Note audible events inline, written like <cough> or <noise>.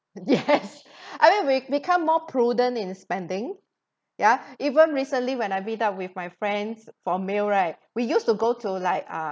yes <laughs> I mean we become more prudent in spending ya even recently when I meet up with my friends for meal right we used to go to like uh